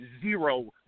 zero